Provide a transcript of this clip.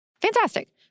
Fantastic